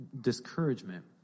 discouragement